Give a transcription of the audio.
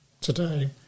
today